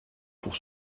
pour